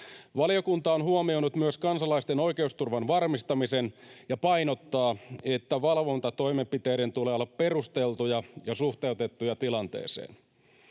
Valiokunta on huomioinut myös kansalaisten oikeusturvan varmistamisen ja painottaa, että valvontatoimenpiteiden tulee olla perusteltuja ja suhteutettuja tilanteeseen.